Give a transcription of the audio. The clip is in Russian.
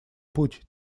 путь